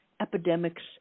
epidemics